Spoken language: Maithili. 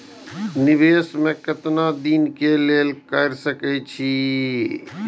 निवेश में केतना दिन के लिए कर सके छीय?